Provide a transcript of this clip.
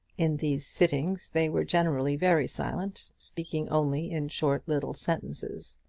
in these sittings they were generally very silent, speaking only in short little sentences.